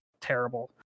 terrible